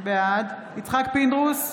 בעד יצחק פינדרוס,